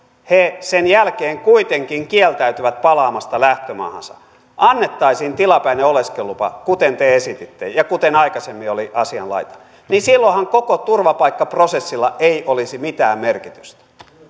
jotka sen jälkeen kuitenkin kieltäytyvät palaamasta lähtömaahansa annettaisiin tilapäinen oleskelulupa kuten te esititte ja kuten aikaisemmin oli asianlaita niin silloinhan koko turvapaikkaprosessilla ei olisi mitään merkitystä